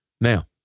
Now